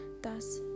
Thus